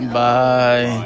bye